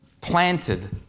planted